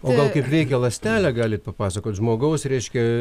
o gal kaip veikia ląstelę gal galit papasakot žmogaus reiškia